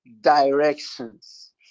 directions